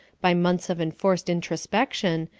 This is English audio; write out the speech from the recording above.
by months of enforced introspection,